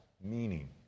meaning